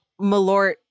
malort